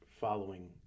following